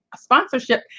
Sponsorship